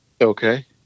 Okay